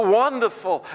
wonderful